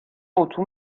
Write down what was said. اتو